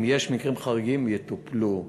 אם יש מקרים חריגים, הם יטופלו.